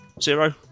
Zero